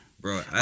Bro